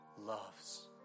loves